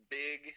big